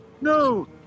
No